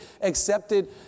accepted